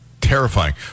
terrifying